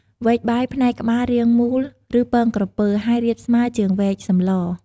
វែកបាយ ផ្នែកក្បាលរាងមូល ឬពងក្រពើ ហើយរាបស្មើជាងវែកសម្ល។